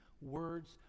words